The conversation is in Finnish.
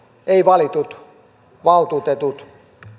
ei valitut valtuutetut